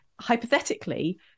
Hypothetically